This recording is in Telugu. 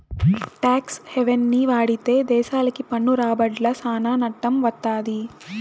టాక్స్ హెవెన్ని వాడితే దేశాలకి పన్ను రాబడ్ల సానా నట్టం వత్తది